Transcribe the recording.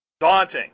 daunting